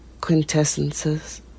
quintessences